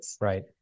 Right